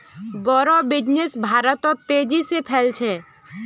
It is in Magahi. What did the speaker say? बोड़ो बिजनेस भारतत तेजी से फैल छ